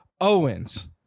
Owens